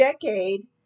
decade